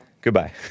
Goodbye